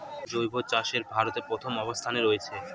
জৈব চাষে ভারত প্রথম অবস্থানে রয়েছে